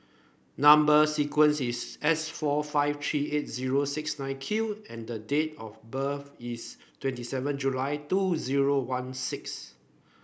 number sequence is S four five three eight zero six nine Q and the date of birth is twenty seven July two zero one six